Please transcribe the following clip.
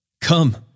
Come